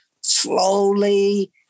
slowly